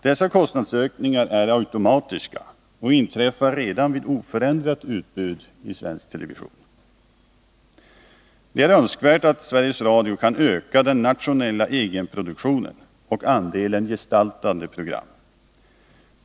Dessa kostnadsökningar är automatiska och inträffar redan vid oförändrat utbud i Sveriges TV. Det är önskvärt att Sveriges Radio kan öka den nationella egenproduktionen och andelen gestaltande program.